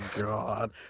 god